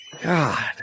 God